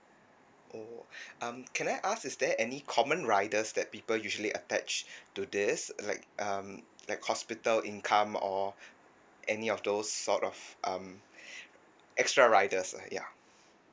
oh um can I ask is there any common riders that people usually attach to this like um like hospital income or any of those sort of um extra riders lah ya